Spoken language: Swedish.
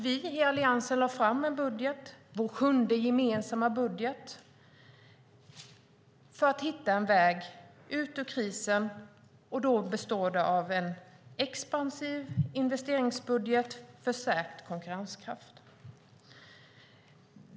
Vi i Alliansen lade fram vår sjunde gemensamma budget för att hitta en väg ut ur krisen. Det är en expansiv investeringsbudget för stärkt konkurrenskraft.